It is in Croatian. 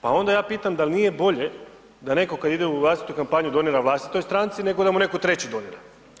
Pa onda ja pitam, dal nije bolje da netko kada ide u vlastitu kampanju donira vlastitoj stranci, nego da mu netko treći donira.